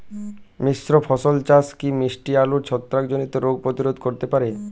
মিশ্র ফসল চাষ কি মিষ্টি আলুর ছত্রাকজনিত রোগ প্রতিরোধ করতে পারে?